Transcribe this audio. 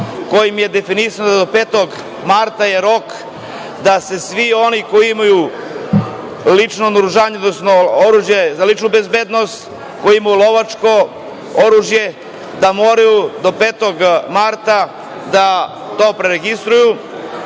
kojim je definisano da je do 5. marta rok, da se svi oni koji imaju lično naoružanje, odnosno oružje za ličnu bezbednost, koji imaju lovačko oružje, da moraju do 5. marta da preregistruju